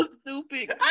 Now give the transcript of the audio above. Stupid